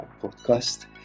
podcast